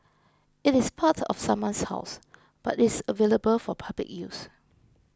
it is part of someone's house but is available for public use